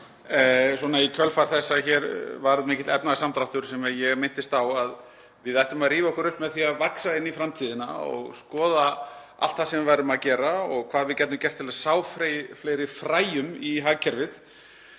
var í kjölfar þess að hér varð mikill efnahagssamdráttur sem ég minntist á að við ættum að rífa okkur upp með því að vaxa inn í framtíðina og skoða allt það sem við værum að gera og hvað við gætum gert til að sá fleiri fræjum í hagkerfið.